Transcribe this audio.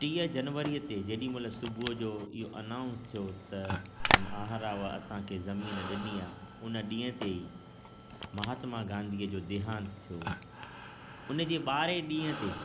टीह जनवरी ते जेॾी महिल सुबुह जो इहो अनाउंस थियो त महाराव असांखे ज़मीन ॾिनी आहे उन ॾींहं ते महात्मा गांधीअ जो देहांत थियो उनजे बारहें ॾींहं ते